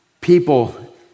people